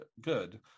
Good